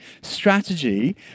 strategy